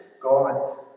God